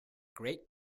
great